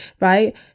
right